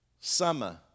Summer